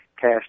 cash